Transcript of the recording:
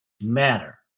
matter